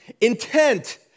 intent